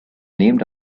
named